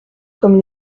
comme